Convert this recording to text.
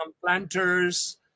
planters